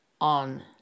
on